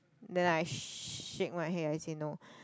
then I shake my head I say no